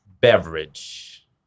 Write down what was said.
Beverage